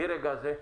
מרגע זה,